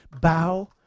bow